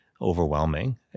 overwhelming